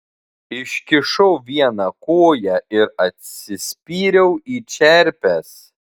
iškišau vieną koją ir atsispyriau į čerpes